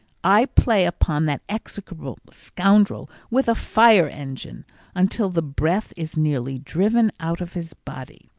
i play upon that execrable scoundrel with a fire-engine until the breath is nearly driven out of his body.